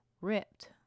ripped